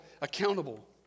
accountable